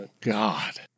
God